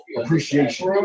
appreciation